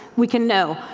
we can know.